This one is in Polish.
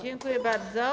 Dziękuję bardzo.